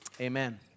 amen